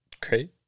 Great